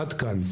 עד כאן.